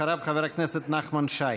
אחריו, חבר הכנסת נחמן שי.